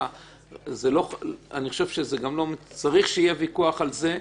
גם לא צריך שיהיה ויכוח על זה.